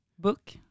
book